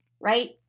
right